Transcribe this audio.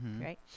right